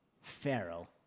Pharaoh